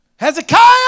Hezekiah